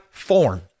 form